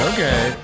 Okay